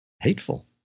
hateful